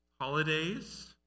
Holidays